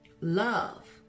love